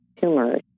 tumors